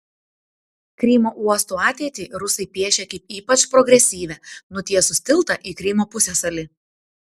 krymo uostų ateitį rusai piešia kaip ypač progresyvią nutiesus tiltą į krymo pusiasalį